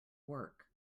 work